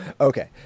Okay